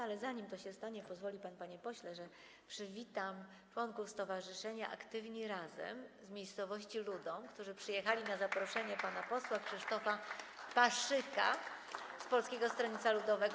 Ale zanim to się stanie, pozwoli pan, panie pośle, że przywitam członków Stowarzyszenia Aktywni Razem z miejscowości Ludomy, którzy przyjechali na zaproszenie pana posła Krzysztofa Paszyka z Polskiego Stronnictwa Ludowego.